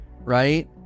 right